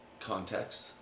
context